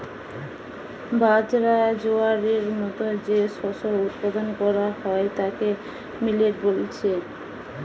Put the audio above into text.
বাজরা, জোয়ারের মতো যে শস্য উৎপাদন কোরা হয় তাকে মিলেট বলছে